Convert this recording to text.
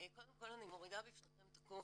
קודם כל אני מורידה בפניכם את הכובע,